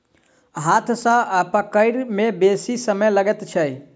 हाथ सॅ पकड़य मे बेसी समय लगैत छै